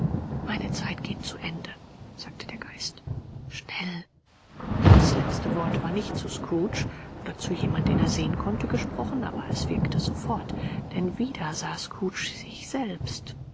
meine zeit geht zu ende sagte der geist schnell dies letzte wort war nicht zu scrooge oder zu jemand den er sehen konnte gesprochen aber es wirkte sofort denn wieder sah scrooge sich selbst